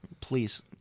Please